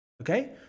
okay